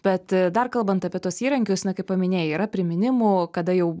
bet dar kalbant apie tuos įrankius na kaip paminėjai yra priminimų kada jau